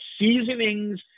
Seasonings